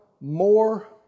more